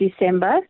December